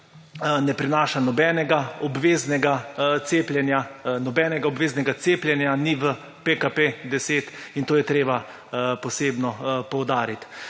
ne prinaša nobenega obveznega cepljenja. Nobenega obveznega cepljenja ni v PKP10 in to je treba posebno poudariti.